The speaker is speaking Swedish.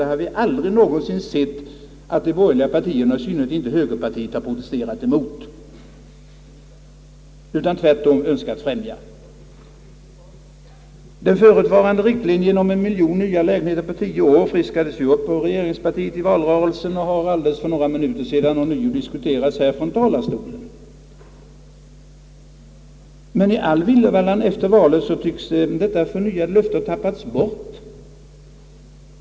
Det har vi aldrig någonsin sett att partierna och särskilt inte högerpartiet protesterat emot utan tvärtom önskat främja. Den förutvarande riktlinjen, en miljon nya lägenheter på tio år, friskades upp av regerings partiet under valrörelsen och diskuterades här för några minuter sedan. I all villervalla efter valet tycks emellertid detta förnyade löfte ha tappats bort.